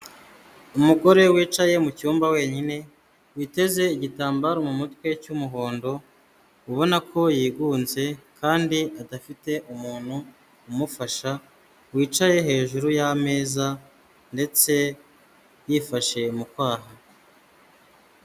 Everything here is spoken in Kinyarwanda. Umugore wicaye mu cyumba wenyine witeze igitambaro mu mutwe cy'umuhondo ubona ko yigunze kandi adafite umuntu umufasha wicaye hejuru y'ameza ndetse yifashe mu kwaha.